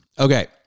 Okay